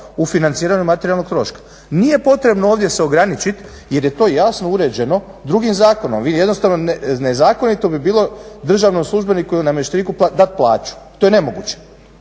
u financiranju materijalnog troška. Nije potrebno ovdje se ograničit jer je to jasno uređeno drugim zakonom, vi jednostavno, nezakonito bi bilo državnom službeniku ili namješteniku dat plaću, to je nemoguće.